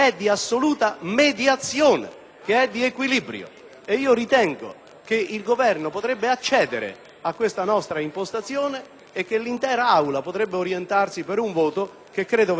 Ritengo che il Governo potrebbe accedere a questa nostra impostazione e che l'intera Aula potrebbe orientarsi verso un voto che verrebbe accolto come un segnale di